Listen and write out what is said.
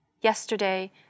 Yesterday